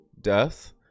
death